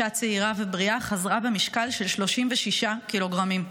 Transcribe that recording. אישה צעירה ובריאה, חזרה במשקל של 36 קילוגרמים,